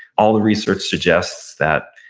all the research suggests that